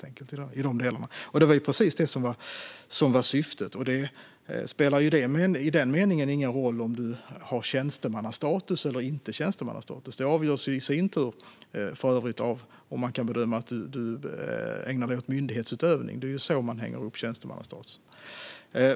Det var precis det som var syftet, och det spelar i den meningen ingen roll om du har tjänstemannastatus eller inte. Det avgörs i sin tur för övrigt av om man kan bedöma att du ägnar dig åt myndighetsutövning. Det är så man hänger upp tjänstemannastatus.